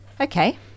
Okay